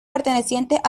pertenecientes